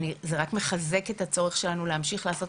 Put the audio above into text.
זה רק מחזק את הצורך שלנו להמשיך לעשות